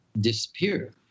disappear